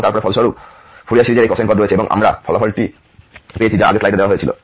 এবং তারপরে ফলস্বরূপ ফুরিয়ার সিরিজের এই কোসাইন পদ রয়েছে এবং আমরা ফলাফলটি পেয়েছি যা আগের স্লাইডে দেওয়া হয়েছিল